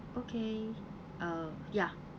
okay uh ya